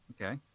Okay